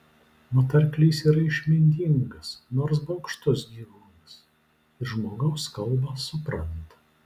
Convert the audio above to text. mat arklys yra išmintingas nors bugštus gyvūnas ir žmogaus kalbą supranta